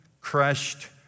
crushed